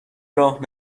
راه